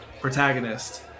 protagonist